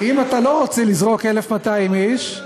אם אתה לא רוצה לזרוק 1,200 איש,